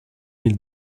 mille